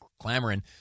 clamoring